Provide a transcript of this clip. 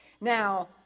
Now